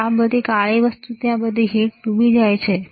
આ બધી કાળી વસ્તુ ત્યાં બધી હીટ ડૂબી જાય છે બરાબર ને